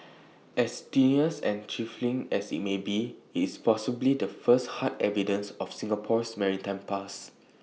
as tenuous and trifling as IT may be it's possibly the first hard evidence of Singapore's maritime past